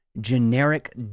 generic